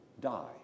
die